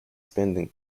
spending